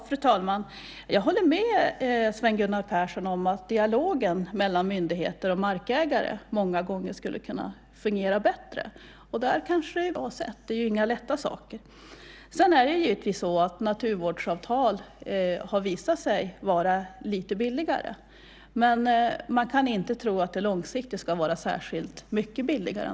Fru talman! Jag håller med Sven Gunnar Persson om att dialogen mellan myndigheter och markägare många gånger skulle kunna fungera bättre. Där kanske det behövs lite mer utbildning av tjänstemän i hur man får en dialog på ett bra sätt. Det är inga lätta saker. Naturvårdsavtal har visat sig vara lite billigare, men man kan inte tro att det långsiktigt ska bli särskilt mycket billigare.